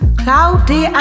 cloudy